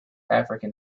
african